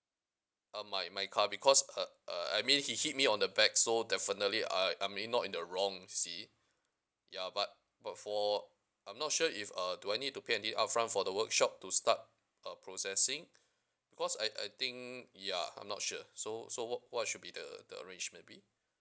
uh my my car because uh uh I mean he hit me on the back so definitely I I may not in the wrong you see ya but but for I'm not sure if uh do I need to pay any upfront for the workshop to start uh processing because I I think ya I'm not sure so so what what should be the the arrange maybe